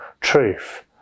truth